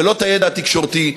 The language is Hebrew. ולא הידע התקשורתי,